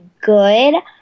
good